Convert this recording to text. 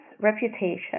reputation